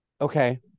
Okay